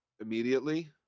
immediately